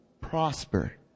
prosper